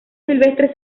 silvestre